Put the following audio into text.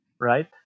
right